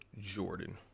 Jordan